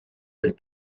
del